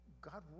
God